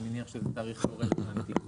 אני מניח שזה תאריך לא רלוונטי כבר.